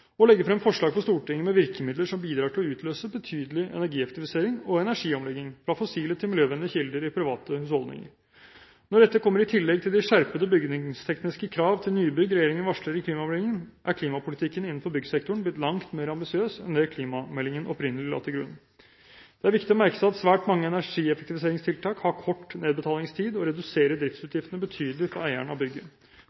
og legge frem forslag for Stortinget med virkemidler som bidrar til å utløse betydelig energieffektivisering og energiomlegging, fra fossile til miljøvennlige kilder i private husholdninger. Når dette kommer i tillegg til de skjerpede bygningstekniske krav til nybygg regjeringen varsler i klimameldingen, er klimapolitikken innenfor byggsektoren blitt langt mer ambisiøs enn det klimameldingen opprinnelig la til grunn. Det er viktig å merke seg at svært mange energieffektiviseringstiltak har kort nedbetalingstid og reduserer